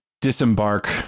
disembark